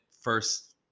first